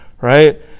right